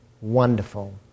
wonderful